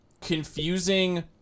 confusing